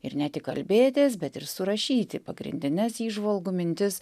ir ne tik kalbėtis bet ir surašyti pagrindines įžvalgų mintis